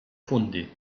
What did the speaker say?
fondé